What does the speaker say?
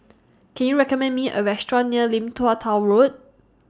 Can YOU recommend Me A Restaurant near Lim Tua Tow Road